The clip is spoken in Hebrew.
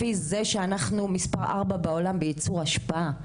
אנחנו מספר 4 בעולם בייצור אשפה.